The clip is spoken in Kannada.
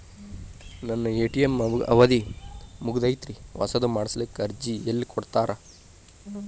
ನನ್ನ ಎ.ಟಿ.ಎಂ ಅವಧಿ ಮುಗದೈತ್ರಿ ಹೊಸದು ಮಾಡಸಲಿಕ್ಕೆ ಅರ್ಜಿ ಎಲ್ಲ ಕೊಡತಾರ?